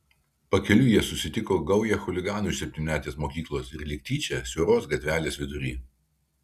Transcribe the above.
pakeliui jie susitiko gaują chuliganų iš septynmetės mokyklos ir lyg tyčia siauros gatvelės vidury